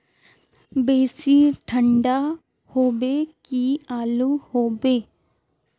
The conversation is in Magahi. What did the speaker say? बेसी ठंडा होबे की आलू होबे